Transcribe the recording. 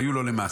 ויהיו לו למס.